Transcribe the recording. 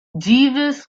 jeeves